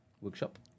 workshop